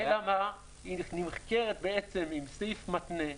אלא שהיא נמכרת עם סעיף מתנה.